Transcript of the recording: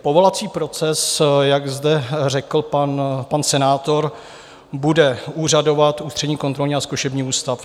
Povolovací proces, jak zde řekl pan senátor, bude úřadovat Ústřední kontrolní a zkušební ústav.